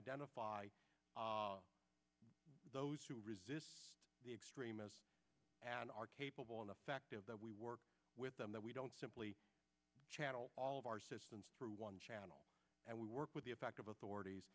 identify those who resist the extremists and are capable enough active that we work with them that we don't simply channel all of our systems through one channel and we work with the effective authorities